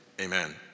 amen